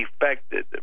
affected